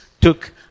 took